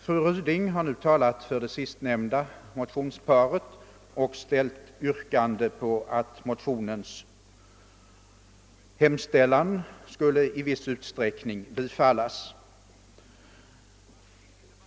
Fru Ryding har nu talat för det sistnämnda motionspa ret och menat att skäl föreligger för att dess hemställan i viss utsträckning bifalles.